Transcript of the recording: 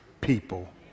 people